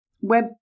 web